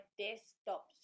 desktop